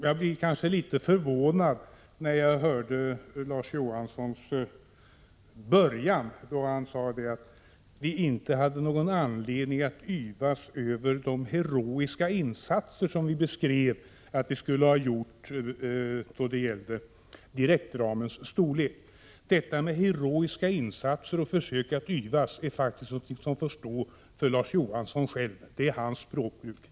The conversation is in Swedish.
Herr talman! Jag blir förvånad att höra Larz Johansson börja sitt anförande med att vi inte hade någon anledning att yvas över de heroiska insatser vi beskrev att vi skulle gjort då det gällde direktramens storlek. Detta med heroiska insatser och försök att yvas får stå för Larz Johansson själv. Det är hans språkbruk.